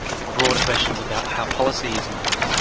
the broader questions about how policy is made,